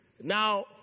Now